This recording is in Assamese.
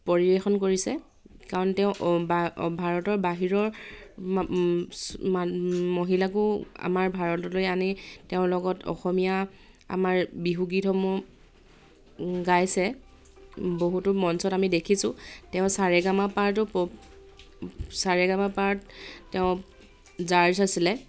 পৰিৱেশন কৰিছে কাৰণ তেওঁ ভাৰতৰ বাহিৰৰ মহিলাকো আমাৰ ভাৰতলৈ আনি তেওঁৰ লগত অসমীয়া আমাৰ বিহু গীতসমূহ গাইছে বহুতো মঞ্চত আমি দেখিছোঁ তেওঁ সাৰেগামাপাতো সাৰেগামাপাত তেওঁ জাৰ্জ আছিলে